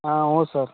ಹಾಂ ಹ್ಞೂ ಸರ್